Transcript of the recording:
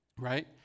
right